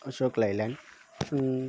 Ashok Leyland